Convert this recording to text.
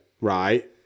right